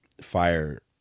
Fire